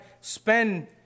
spend